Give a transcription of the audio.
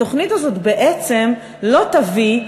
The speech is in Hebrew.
התוכנית הזאת בעצם לא תביא,